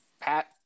Pat